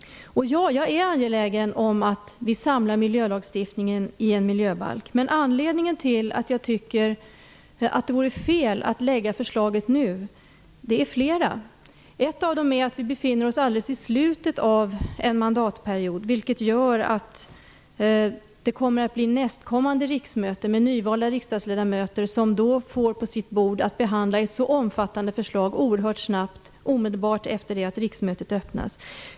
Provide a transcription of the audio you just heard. Jag är angelägen om att vi samlar miljölagstiftningen i en miljöbalk. Men det finns flera anledningar till att jag tycker att det vore fel att lägga fram förslaget nu. En av dem är att vi befinner oss alldeles i slutet av en mandatperiod, vilket gör att det kommer att bli nästkommande riksmöte med nyvalda riksdagsledamöter som får på sitt bord att behandla ett så omfattande förslag oerhört snabbt, omedelbart efter det att riksmötet öppnats.